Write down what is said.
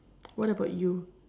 what about you